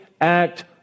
act